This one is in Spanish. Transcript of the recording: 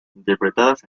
interpretadas